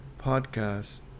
podcast